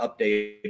update